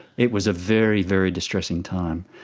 it was a very, very distressing time.